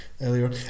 earlier